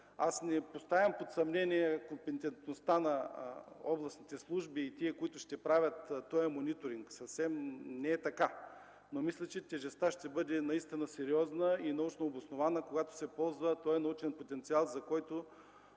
Не поставям под съмнение компетентността на областните служби и на тези, които ще правят мониторинга, съвсем не е така. Мисля обаче, че тежестта ще бъде наистина сериозна и научно обоснована, когато се ползва научният потенциал, за който